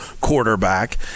quarterback